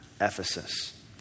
Ephesus